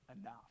enough